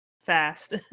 fast